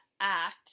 act